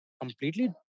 completely